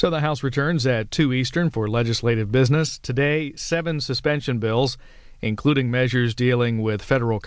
so the house returns that two eastern for legislative business today seven suspension bills including measures dealing with federal